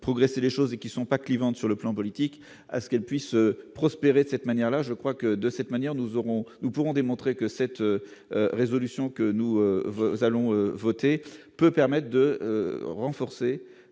progresser les choses qui sont pas Cleveland sur le plan politique, à ce qu'elle puisse prospérer, de cette manière-là, je crois que de cette manière, nous aurons, nous pourrons démontrer que cette résolution que nous vous allons voter peu permettent de renforcer